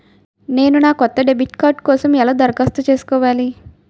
నేను నా కొత్త డెబిట్ కార్డ్ కోసం ఎలా దరఖాస్తు చేసుకోవాలి?